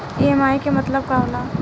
EMI के मतलब का होला?